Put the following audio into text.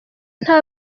nta